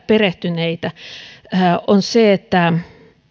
perehtyneet on se että